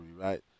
right